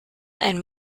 and